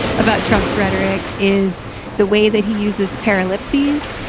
about trump's rhetoric is the way that he uses parrot lipsitz,